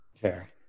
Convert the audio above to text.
Fair